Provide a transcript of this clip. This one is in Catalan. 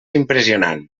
impressionant